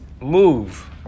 move